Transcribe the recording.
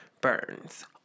Burns